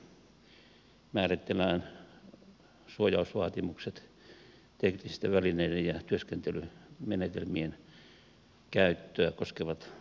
niissähän määritellään suojausvaatimukset ja teknisten välineiden ja työskentelymenetelmien käyttöä koskevat asiat